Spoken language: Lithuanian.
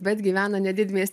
bet gyvena ne didmiest